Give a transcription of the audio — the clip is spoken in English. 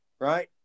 Right